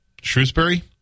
Shrewsbury